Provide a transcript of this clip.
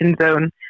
zone